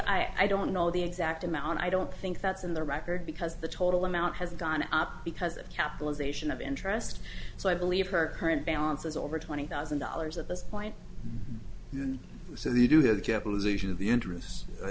dollars i don't know the exact amount i don't think that's in the record because the total amount has gone up because of capitalization of interest so i believe her current balance is over twenty thousand dollars at this point and so they do the capitalization of the interest i